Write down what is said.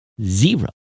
Zero